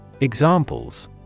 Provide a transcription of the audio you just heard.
Examples